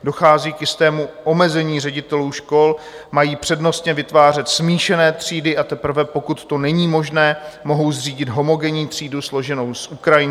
Dochází k jistému omezení ředitelů škol, mají přednostně vytvářet smíšené třídy, a teprve pokud to není možné, mohou zřídit homogenní třídu složenou z Ukrajinců.